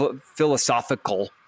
philosophical